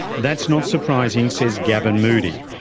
that's not surprising, says gavin moodie,